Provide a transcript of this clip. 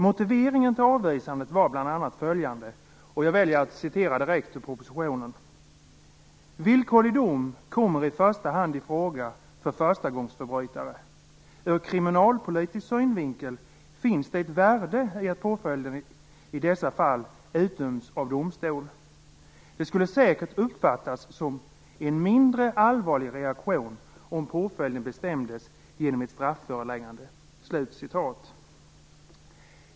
Motiveringen till avvisandet var bl.a. följande, och jag väljer att citera direkt ur propositionen: "Villkorlig dom kommer i första hand i fråga för förstagångsförbrytare. Ur kriminalpolitisk synvinkel finns det ett värde i att påföljden i dessa fall utdöms av domstol. Det skulle säkert uppfattas som en mindre allvarlig reaktion om påföljden bestämdes genom ett strafföreläggande."